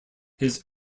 his